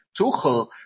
Tuchel